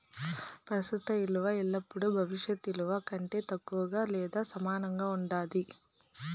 ప్రస్తుత ఇలువ ఎల్లపుడూ భవిష్యత్ ఇలువ కంటే తక్కువగా లేదా సమానంగా ఉండాది